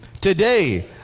Today